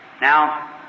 Now